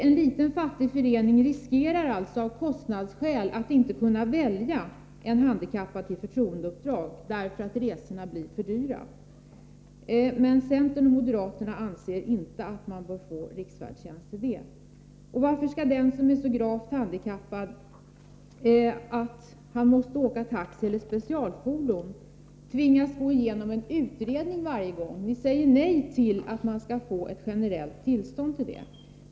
En liten fattig förening riskerar alltså att av kostnadsskäl inte kunna välja en handikappad till förtroendeuppdrag, därför att resorna blir dyra. Men centern och moderaterna anser inte att man bör få riksfärdtjänst till det. Varför skall den som är så gravt handikappad att han måste åka taxi eller specialfordon tvingas gå igenom en utredning varje gång? Ni säger nej till att man skall få ett generellt tillstånd.